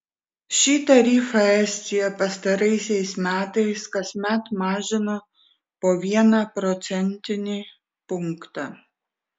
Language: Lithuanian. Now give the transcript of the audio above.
šį tarifą estija pastaraisiais metais kasmet mažino po vieną procentinį punktą